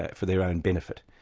ah for their own benefit.